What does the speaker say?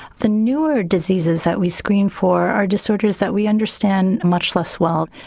the newer diseases that we screen for are disorders that we understand much less well.